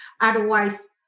Otherwise